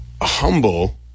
Humble